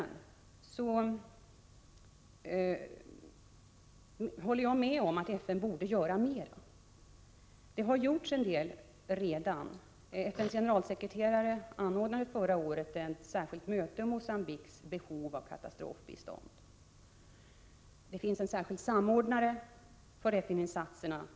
Jag håller med om att FN borde göra mer, även om det redan gjorts en del. FN:s generalsekreterare anordnade förra året ett särskilt möte om Mogambiques behov av katastrofbistånd. Numera finns det en särskild samordnare för FN-insatserna.